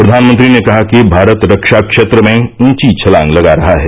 प्रधानमंत्री ने कहा कि भारत रक्षा क्षेत्र में ऊंची छलांग लगा रहा है